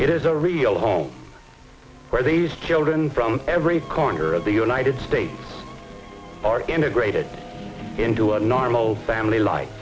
it is a real home where these children from every corner of the united states are integrated into a normal family li